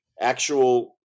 actual